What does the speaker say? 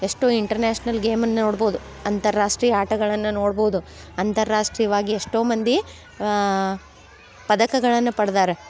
ಎಷ್ಟೋ ಇಂಟರ್ನ್ಯಾಷ್ನಲ್ ಗೇಮನ್ನು ನೋಡ್ಬೋದು ಅಂತರರಾಷ್ಟ್ರೀಯ ಆಟಗಳನ್ನು ನೋಡ್ಬೋದು ಅಂತರರಾಷ್ಟ್ರೀಯವಾಗಿ ಎಷ್ಟೋ ಮಂದಿ ಪದಕಗಳನ್ನು ಪಡ್ದಾರೆ